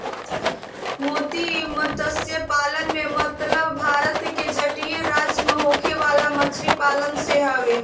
मोती मतस्य पालन से मतलब भारत के तटीय राज्य में होखे वाला मछरी पालन से हवे